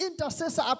intercessor